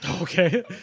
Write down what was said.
Okay